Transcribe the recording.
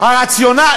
הרציונל?